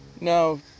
No